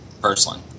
personally